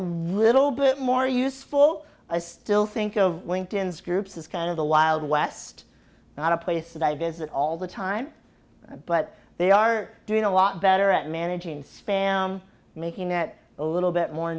little bit more useful i still think of linked in's groups as kind of the wild west not a place that i visit all the time but they are doing a lot better at managing spam making it a little bit more